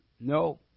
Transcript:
no